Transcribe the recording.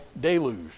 deluge